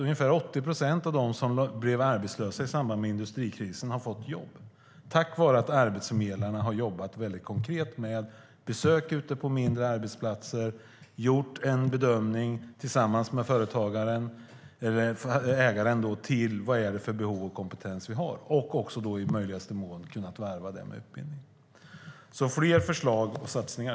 Ungefär 80 procent av dem som blev arbetslösa i samband med industrikrisen har fått jobb, tack vare att arbetsförmedlarna har jobbat konkret med besök ute på mindre arbetsplatser. Tillsammans med företagaren eller ägaren har de gjort en bedömning av kompetensbehovet och har i möjligaste mån kunnat varva det med utbildning. Så fler förslag och satsningar!